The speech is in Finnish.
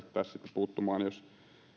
puuttumaan jos